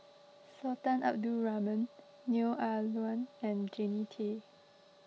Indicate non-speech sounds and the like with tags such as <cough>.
<noise> Sultan Abdul Rahman Neo Ah Luan and Jannie Tay